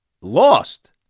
Lost